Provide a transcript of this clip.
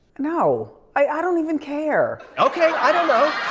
no. i don't even care. okay, i don't know.